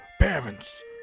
parents